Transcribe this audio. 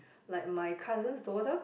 like my cousin's daughter